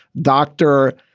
dr.